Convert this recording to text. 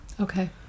Okay